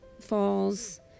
falls